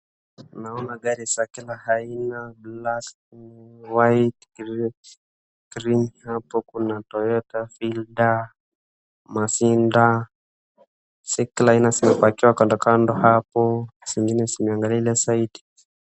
Naona gari za kila aina black, white, grey hapo, kuna toyota fielder, masinda zikiwa zimepakiwa kandokando hapo zingine zimeangalia ile side.